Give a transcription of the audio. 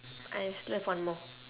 I still have one more